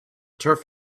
turf